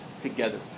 together